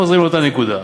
חוזרים לאותה נקודה.